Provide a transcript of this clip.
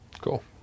Cool